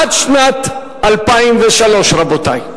עד שנת 2003, רבותי,